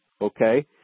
Okay